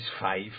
five